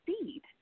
seed